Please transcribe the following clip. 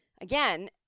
Again